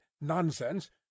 nonsense